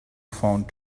found